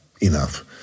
enough